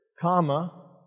comma